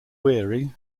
weary